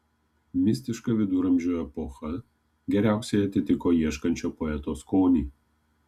mistiška viduramžių epocha geriausiai atitiko ieškančio poeto skonį